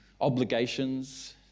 obligations